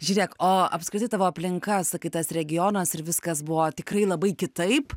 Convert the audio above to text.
žiūrėk o apskritai tavo aplinka sakai tas regionas ir viskas buvo tikrai labai kitaip